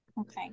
Okay